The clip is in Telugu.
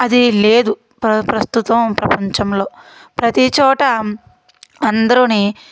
అది లేదు ప్ర ప్రస్తుతం ప్రపంచంలో ప్రతీ చోటా అందరూనీ